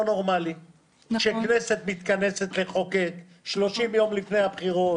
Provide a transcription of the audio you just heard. נורמלי שכנסת מתכנסת לחוקק 30 יום לפני הבחירות,